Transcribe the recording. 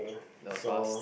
so